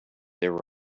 there